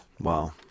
Wow